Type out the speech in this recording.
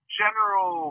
general